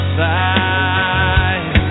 side